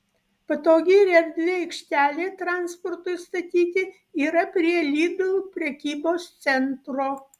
patogi ir erdvi aikštelė transportui statyti yra prie lidl prekybos centro